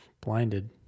blinded